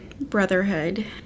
brotherhood